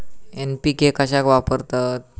NPK कशाक वापरतत?